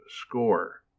score